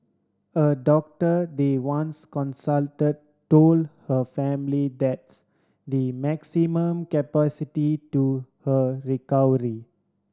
a doctor they once consult told her family that's the maximum capacity to her recovery